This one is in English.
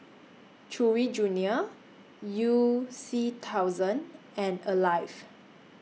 Chewy Junior YOU C thousand and Alive